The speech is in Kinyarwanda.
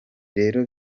rero